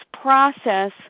process